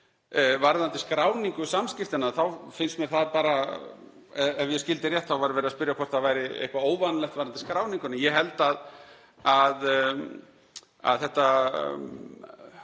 Varðandi skráningu samskiptanna, ef ég skildi rétt þá var verið að spyrja hvort það væri eitthvað óvenjulegt varðandi skráninguna, þá held ég að þetta